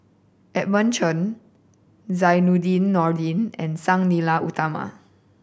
Edmund Chen Zainudin Nordin and Sang Nila Utama